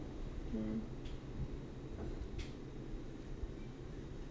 mm